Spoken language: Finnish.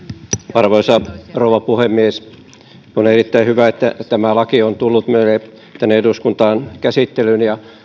arvoisa rouva puhemies on erittäin hyvä että tämä laki on tullut meille tänne eduskuntaan käsittelyyn ja